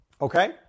Okay